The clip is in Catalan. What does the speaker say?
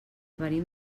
venim